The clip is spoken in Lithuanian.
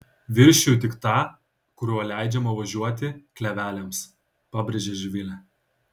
viršiju tik tą kuriuo leidžiama važiuoti kleveliams pabrėžė živilė